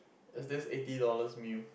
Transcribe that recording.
that's eighty dollars meal